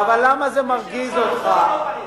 אבל למה זה מרגיז אותך?